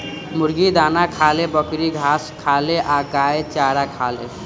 मुर्गी दाना खाले, बकरी घास खाले आ गाय चारा खाले